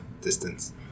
distance